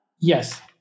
Yes